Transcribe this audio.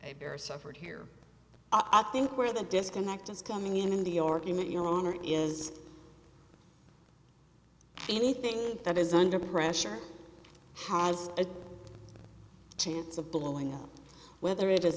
i bear suffered here i think where the disconnect is coming in and the argument your honor is anything that is under pressure has a chance of blowing up whether it